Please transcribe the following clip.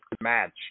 match